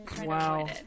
Wow